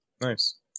Nice